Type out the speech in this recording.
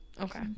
okay